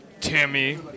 Tammy